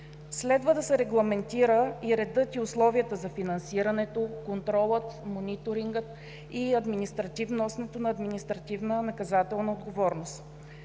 Следва да се регламентират редът и условията за финансирането, контролът, мониторингът и носенето на административна наказателна отговорност.